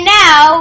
now